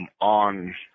on